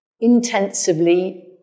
intensively